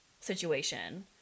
situation